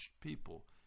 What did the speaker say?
people